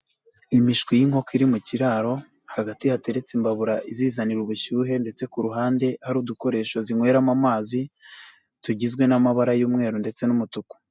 Imishwi y'inkoko iri mu kiraro hagati hateretse imbabura izizanira ubushyuhe ndetse ku ruhande hari udukoresho zinyweramo amazi, tugizwe n'amabara y'umweru ndetse n'umutuku.